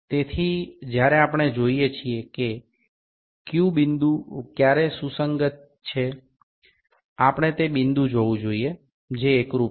অর্থাৎ আমরা যখন দেখি যে কোন বিন্দুটি মিলিত হয় আমাদের এমন বিন্দুটি দেখতে হবে যা মিলিত হয়েছে